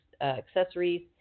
accessories